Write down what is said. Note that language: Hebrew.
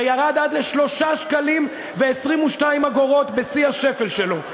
הוא ירד עד ל-3 שקלים ו-22 אגורות בשפל שלו.